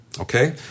Okay